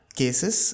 cases